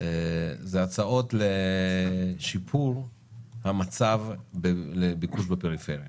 זה הצעות לשיפור המצב לביקוש בפריפריה,